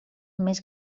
més